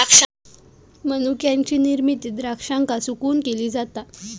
मनुक्याची निर्मिती द्राक्षांका सुकवून केली जाता